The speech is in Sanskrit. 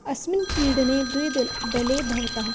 अस्मिन् क्रीडने द्वेदले भवतः